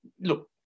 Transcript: look